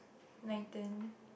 nineteen